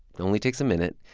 it only takes a minute.